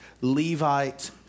Levite